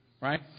Right